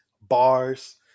bars